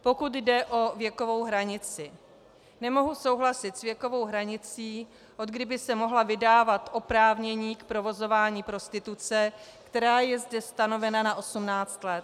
Pokud jde o věkovou hranici, nemohu souhlasit s věkovou hranicí, odkdy by se mohla vydávat oprávnění k provozování prostituce, která je zde stanovena na 18 let.